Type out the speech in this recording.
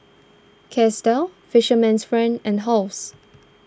Chesdale Fisherman's Friend and Halls